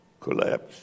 collapse